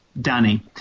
danny